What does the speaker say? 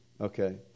Okay